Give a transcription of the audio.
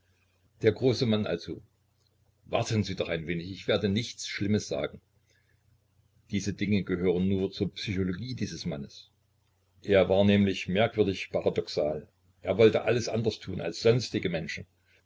der große mann also warten sie doch ein wenig ich werde nichts schlimmes sagen diese dinge gehören nur zur psychologie dieses mannes er war nämlich merkwürdig paradoxal er wollte alles anders tun als sonstige menschen